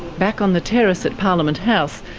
back on the terrace at parliament house,